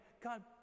God